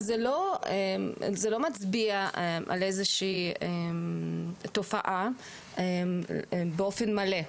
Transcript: זה לא מצביע על איזושהי תופעה באופן מלא,